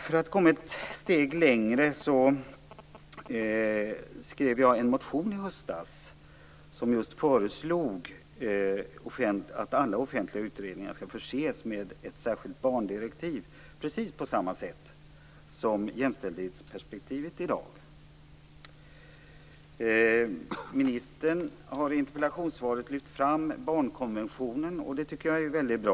För att komma ett steg längre skrev jag en motion i höstas, där jag just föreslog att alla offentliga utredningar skall förses med ett särskilt barndirektiv precis på samma sätt som man gör med jämställdhetsperspektivet i dag. Ministern har i interpellationssvaret lyft fram barnkonventionen, och det tycker jag är väldigt bra.